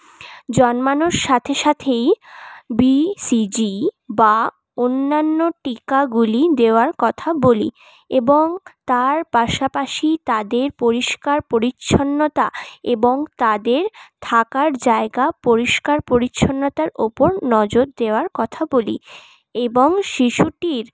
জন্মানোর সাথে সাথেই বিসিজি বা অন্যান্য টিকাগুলি দেওয়ার কথা বলি এবং তার পাশাপাশি তাদের পরিষ্কার পরিচ্ছন্নতা এবং তাদের থাকার জায়গা পরিষ্কার পরিচ্ছন্নতার ওপর নজর দেওয়ার কথা বলি এবং শিশুটির